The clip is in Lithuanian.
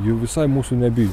jų visai mūsų nebijo